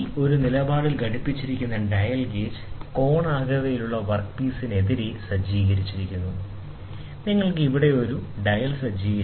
ഒരു നിലപാടിൽ ഘടിപ്പിച്ചിരിക്കുന്ന ഡയൽ ഗേജ് കോണാകൃതിയിലുള്ള വർക്ക് പീസിനെതിരെ സജ്ജീകരിച്ചിരിക്കുന്നു നിങ്ങൾ ഇവിടെ ഒരു ഡയൽ സജ്ജീകരിക്കും